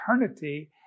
eternity